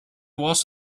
was